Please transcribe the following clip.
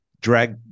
drag